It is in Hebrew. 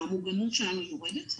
המוגנות שלהם יורדת,